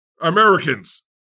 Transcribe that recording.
Americans